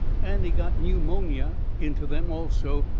and he got newmonia into them also,